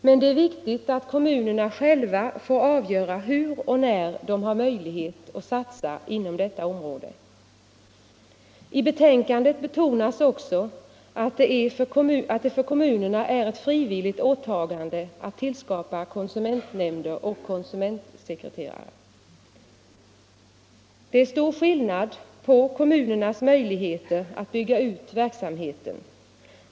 Men det är viktigt att kommunerna själva får avgöra hur och när de har möjlighet att satsa inom detta område. I betänkandet betonas också att det för kommunerna är ett frivilligt åtagande att tillskapa konsumentnämnder och konsumentsekreterare. Det är stor skillnad på kommunernas möjligheter att bygga ut verksamheten.